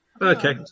okay